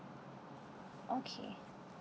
okay